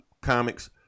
comics